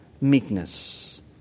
meekness